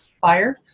fire